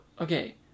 okay